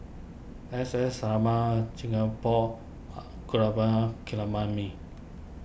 S S Sarma Chia Ong Pang Are Gaurav